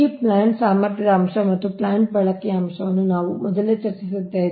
ಈ ಪ್ಲಾಂಟ್ ಸಾಮರ್ಥ್ಯದ ಅಂಶ ಮತ್ತು ಪ್ಲಾಂಟ್ ಬಳಕೆಯ ಅಂಶವನ್ನು ನಾವು ಮೊದಲೇ ಚರ್ಚಿಸಿದ್ದೇವೆ